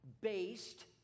based